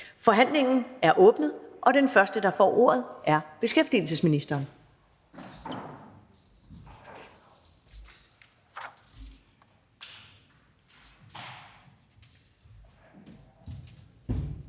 Forhandlingen er åbnet. Den første, der får ordet, er beskæftigelsesministeren.